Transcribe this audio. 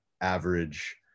average